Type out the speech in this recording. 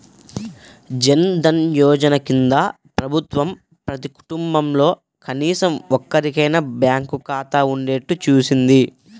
జన్ ధన్ యోజన కింద ప్రభుత్వం ప్రతి కుటుంబంలో కనీసం ఒక్కరికైనా బ్యాంకు ఖాతా ఉండేట్టు చూసింది